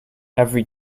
every